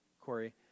Corey